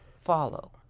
follow